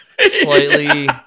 slightly